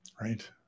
right